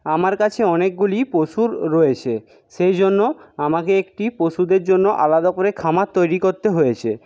আমার কাছে অনেকগুলি পশু রয়েছে সেই জন্য আমাকে একটি পশুদের জন্য আলাদা করে খামার তৈরি করতে হয়েছে